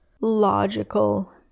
logical